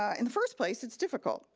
ah in the first place it's difficult,